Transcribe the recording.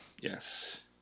Yes